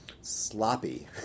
sloppy